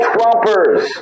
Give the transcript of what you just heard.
Trumpers